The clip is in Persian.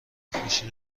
خوشی